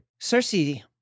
Cersei